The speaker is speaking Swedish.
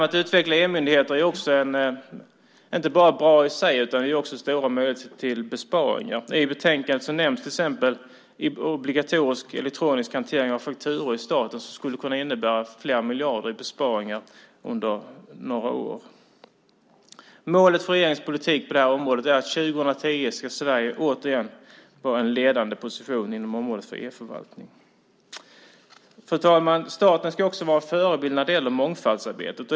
Att utveckla e-myndigheter är inte bara bra i sig. Det ger också stora möjligheter till besparingar. I betänkandet nämns till exempel obligatorisk elektronisk hantering av fakturor i staten som skulle kunna innebära flera miljarder i besparingar under några år. Målet för regeringens politik på det här området är att 2010 ska Sverige återigen ha en ledande position inom området för e-förvaltning. Fru talman! Staten ska också vara en förebild när det gäller mångfaldsarbetet.